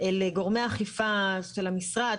לגורמי אכיפה של המשרד,